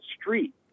street